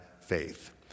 faith